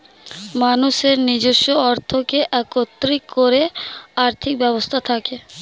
মানুষের নিজস্ব অর্থকে একত্রিত করে আর্থিক ব্যবস্থা থাকে